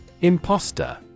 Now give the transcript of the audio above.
Imposter